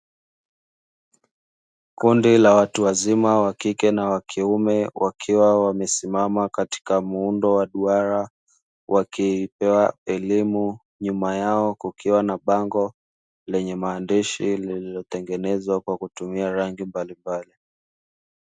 Kundi la watu wazima wakike na wakiume wakiwa wamesimama katika muundo wa duara, wakipewa elimu nyuma yao kukiwa na bango lenye maandishi lililotengenezwa kwa kutumia rangi mbalimbali.